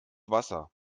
wasser